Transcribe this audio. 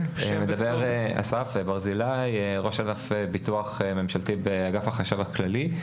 אני ראש אגף ביטוח ממשלתי באגף החשב הכללי.